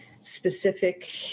specific